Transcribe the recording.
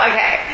Okay